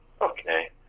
okay